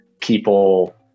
people